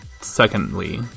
secondly